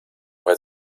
bei